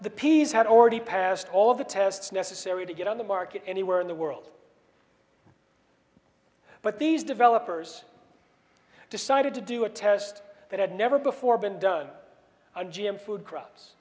the piece had already passed all of the tests necessary to get on the market anywhere in the world but these developers decided to do a test that had never before been done on g m food crops